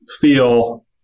feel